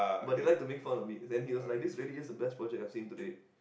but they like to make fun of me and he was like this really is the best project I've seen today